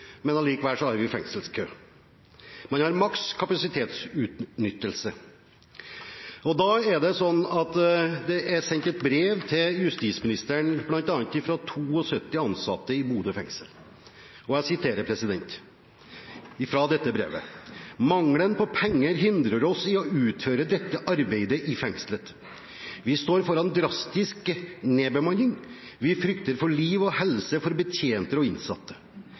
har vi fengselskøer. Man har maks kapasitetsutnyttelse. Det er sendt et brev til justisministeren fra 72 ansatte i Bodø fengsel, og jeg siterer fra dette brevet: «Mangelen på penger hindrer oss i å utføre dette arbeidet i fengslet. Vi står foran drastisk nedbemanning. Vi frykter for liv og helse for betjenter og innsatte.